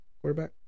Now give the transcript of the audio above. Quarterback